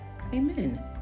Amen